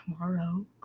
tomorrow